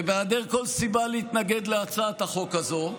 ובהיעדר כל סיבה להתנגד להצעת החוק הזו,